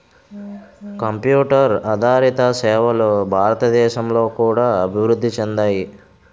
computer ఆదారిత సేవలు భారతదేశంలో కూడా అభివృద్ధి చెందాయి